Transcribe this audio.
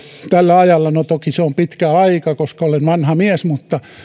tällä ajalla toki se on pitkä aika koska olen vanha mies mutta